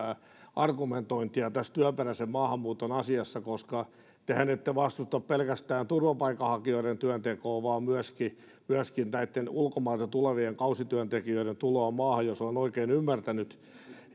argumentointia tässä työperäisen maahanmuuton asiassa koska tehän ette vastusta pelkästään turvapaikanhakijoiden työntekoa vaan myöskin myöskin näitten ulkomailta tulevien kausityöntekijöiden tuloa maahan jos olen oikein ymmärtänyt